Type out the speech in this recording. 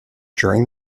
during